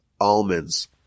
almonds